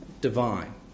divine